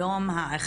היום ה-